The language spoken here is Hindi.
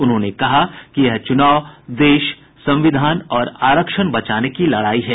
उन्होंने कहा कि यह चुनाव देश संविधान और आरक्षण बचाने की लड़ाई है